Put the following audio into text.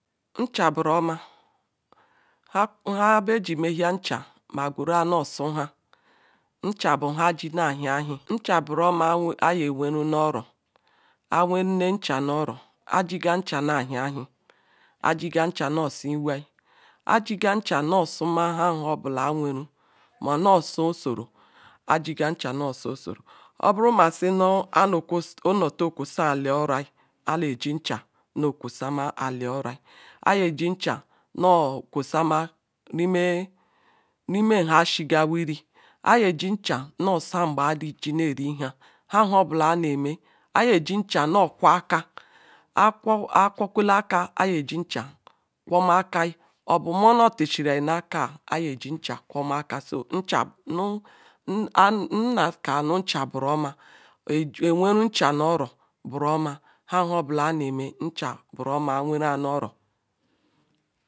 Neha buroma nha beaji mehia ma gwerua nosubaha nja bu nha aji na hia chi nja bwoma ajiweru nu oro awerumnja nu oro ajiga neha na hiaahi ajiga no su iwoi ajiga no suma hamhobula aweru ma ono su osora ajiga neha nosu osoro bwru mesi anutu okwo sa eli oroi iyi ne ncha no kwusa ali oroi ayeji ncha kwosama rimenga ashie wiri ayeji ncha nosu angba a jineri nha hanu hobula aneame ayejincha no kwo aka akwo kwik kai obu monor terayi neke aye ji ncha no kwo akayi nneka nu ncha buro ma owwu ncha nu oro buru oma nhanu nhobuk abane ucha buru ome, owuhu oro.